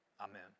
amen